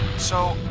so,